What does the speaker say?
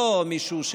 לא מישהו,